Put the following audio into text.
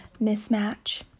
mismatch